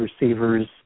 receivers